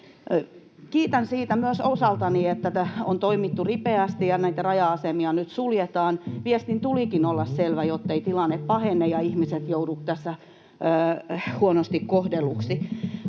Kiitän myös siitä osaltani, että on toimittu ripeästi ja näitä raja-asemia on nyt suljettu. Viestin tulikin olla selvä, jotta tilanne ei pahene ja ihmiset eivät joudu tässä huonosti kohdelluiksi.